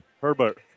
Herbert